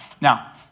now